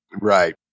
Right